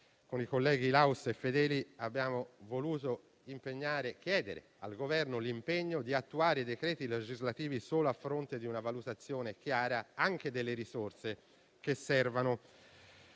con i colleghi Laus e Fedeli abbiamo voluto chiedere all'Esecutivo l'impegno ad attuare i decreti legislativi solo a fronte di una valutazione chiara anche delle risorse che servono,